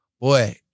boy